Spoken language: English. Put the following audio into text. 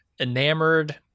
enamored